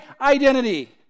identity